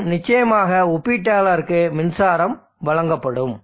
மற்றும் நிச்சயமாக ஒப்பீட்டாளர்களுக்கு மின்சாரம் வழங்கப்படும்